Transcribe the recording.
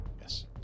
Yes